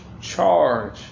charge